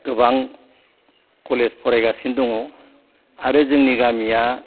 गोबां कलेज फरायगासिनो दङ आरो जोंनि गामिया